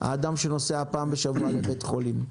האדם שנוסע פעם בשבוע לבית חולים,